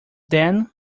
then